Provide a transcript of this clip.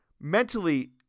mentally